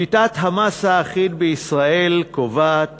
שיטת המס האחיד בישראל קובעת